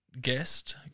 guest